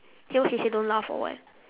eh what she say don't laugh or what